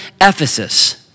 Ephesus